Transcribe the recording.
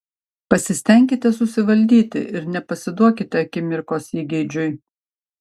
pasistenkite susivaldyti ir nepasiduokite akimirkos įgeidžiui